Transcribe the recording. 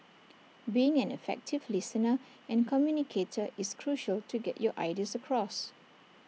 being an effective listener and communicator is crucial to get your ideas across